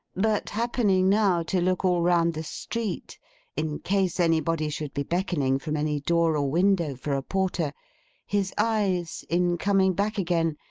but happening now to look all round the street in case anybody should be beckoning from any door or window, for a porter his eyes, in coming back again,